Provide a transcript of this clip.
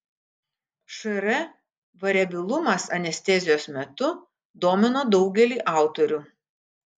šr variabilumas anestezijos metu domino daugelį autorių